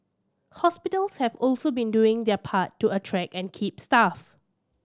hospitals have also been doing their part to attract and keep staff